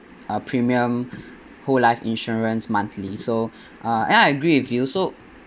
uh premium whole life insurance monthly so uh I agree with you so